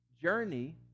journey